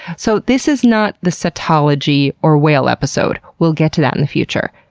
so this is not the cetology or whale episode. we'll get to that in the future,